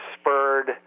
spurred